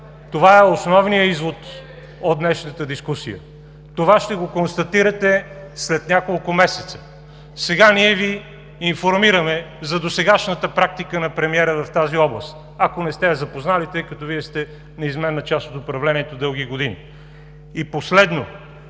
Това е основният извод от днешната дискусия. Ще го констатирате след няколко месеца. Сега ние Ви информираме за досегашната практика на премиера в тази област, ако не сте запознат, тъй като Вие сте неизменна част от управлението дълги години. И последно,